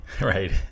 Right